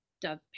dove